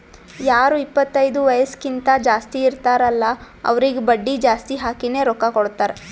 ಯಾರು ಇಪ್ಪತೈದು ವಯಸ್ಸ್ಕಿಂತಾ ಜಾಸ್ತಿ ಇರ್ತಾರ್ ಅಲ್ಲಾ ಅವ್ರಿಗ ಬಡ್ಡಿ ಜಾಸ್ತಿ ಹಾಕಿನೇ ರೊಕ್ಕಾ ಕೊಡ್ತಾರ್